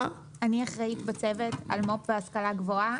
אני האחראית בצוות על מו"פ והשכלה גבוהה.